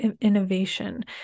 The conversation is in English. innovation